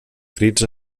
crits